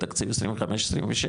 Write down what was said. בתקציב 25-26,